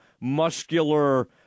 muscular